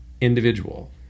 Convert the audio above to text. individual